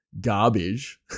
garbage